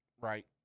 Right